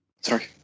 Sorry